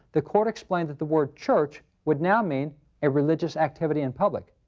the court explained that the word church would now mean a religious activity in public.